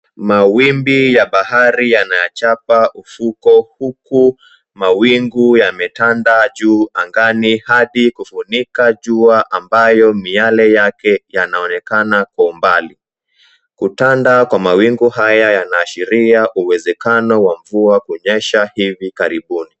Mawimbi ya bahari yanayochapa ufuko, huku mawingu yametanda juu angani hadi kufunika jua ambayo miale yake yanaonekana kwa umbali. Kutanda kwa mawingu haya yanaashiria uwezekano wa mvua kunyesha hivi karibuni.